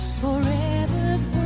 forever's